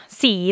See